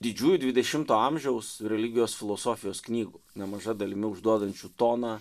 didžiųjų dvidešimto amžiaus religijos filosofijos knygų nemaža dalimi užduodančiu toną